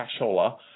cashola